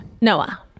Noah